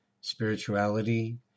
spirituality